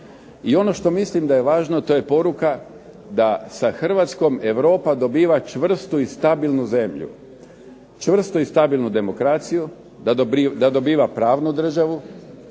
I ono što mislim da je važno, to je poruka da Hrvatskom Europa dobiva čvrstu i stabilnu zemlju, čvrstu i stabilnu demokraciju, da dobiva pravnu državu,